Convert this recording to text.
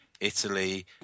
Italy